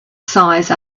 size